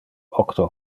octo